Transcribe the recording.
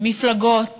מפלגות